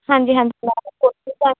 ਹਾਂਜੀ ਹਾਂਜੀ ਮੈਮ